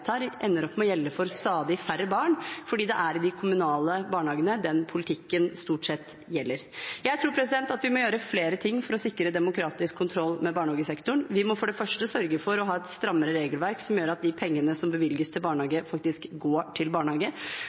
ender opp med å gjelde for stadig færre barn, fordi det er i de kommunale barnehagene den politikken stort sett gjelder. Jeg tror at vi må gjøre flere ting for å sikre demokratisk kontroll med barnehagesektoren. Vi må for det første sørge for å ha et strammere regelverk som gjør at de pengene som bevilges til barnehage, faktisk går til barnehage.